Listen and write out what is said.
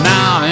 Now